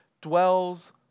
dwells